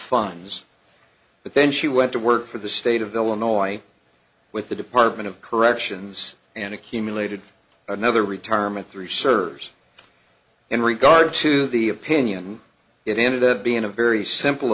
fines but then she went to work for the state of illinois with the department of corrections and accumulated another retirement three serves in regard to the opinion it ended up being a very simple